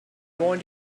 want